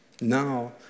Now